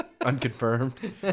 Unconfirmed